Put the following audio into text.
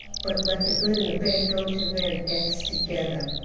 but let the good and the bad go to their deaths together.